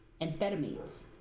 Amphetamines